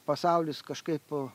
pasaulis kažkaip